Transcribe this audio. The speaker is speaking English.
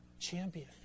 champion